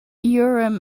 urim